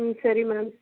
ம் சரி மேம்